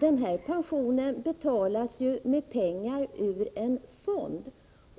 Den här pensionen betalas ju med pengar ur en fond,